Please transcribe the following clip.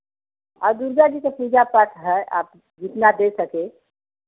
और दुर्गा जी का पूजा पाठ है आप जितना दे सकें